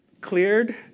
cleared